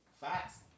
fast